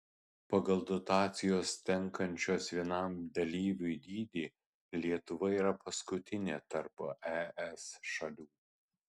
pagal dotacijos tenkančios vienam dalyviui dydį lietuva yra paskutinė tarp es šalių